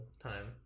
time